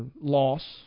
loss